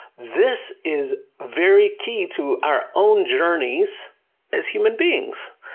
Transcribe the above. this is very key to our own journeys as human beings.